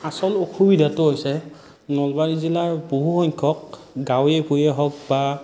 আচল অসুবিধাটো হৈছে নলবাৰী জিলাৰ বহুসংখ্যক গাঁৱে ভূঞে হওক বা